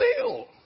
bill